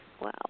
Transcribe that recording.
Wow